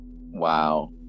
Wow